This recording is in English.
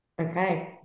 Okay